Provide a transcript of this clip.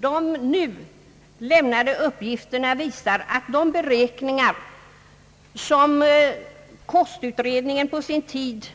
De nu lämnade uppgifterna visar att de beräkningar som kostutredningen på sin tid